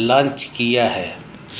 Launch किया है?